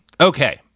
okay